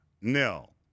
nil